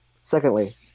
Secondly